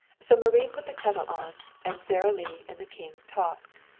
so marie put the kettle on, and sara lee and the king talked.